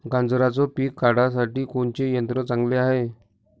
गांजराचं पिके काढासाठी कोनचे यंत्र चांगले हाय?